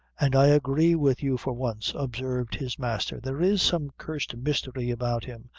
and i agree with you for once, observed his master there is some cursed mystery about him.